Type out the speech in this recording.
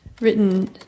Written